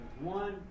One